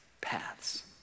paths